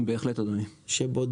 בהחלט אדוני.